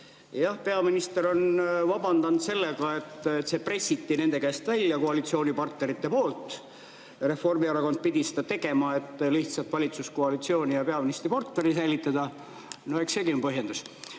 Peaminister on vabandanud sellega, et see pressiti nende käest välja koalitsioonipartnerite poolt. Reformierakond pidi seda tegema, et lihtsalt valitsuskoalitsiooni ja peaministriportfelli säilitada. No eks seegi on põhjendus.